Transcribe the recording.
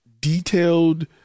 detailed